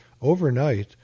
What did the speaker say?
overnight